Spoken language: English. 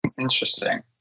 interesting